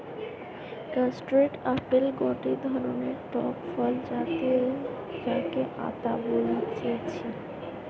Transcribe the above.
custard apple গটে ধরণের টক ফল যাতে যাকে আতা বলতিছে